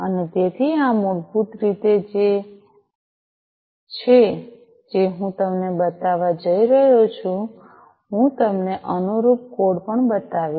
અને તેથી આ મૂળભૂત રીતે તે છે જે હું તમને બતાવવા જઈ રહ્યો છું હું તમને અનુરૂપ કોડ પણ બતાવીશ